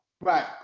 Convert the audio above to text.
Right